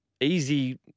easy